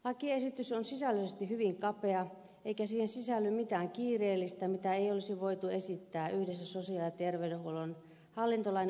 lakiesitys on sisällöllisesti hyvin kapea eikä siihen sisälly mitään kiireellistä mitä ei olisi voitu esittää yhdessä sosiaali ja terveydenhuollon hallintolain uudistuksen kanssa